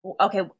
okay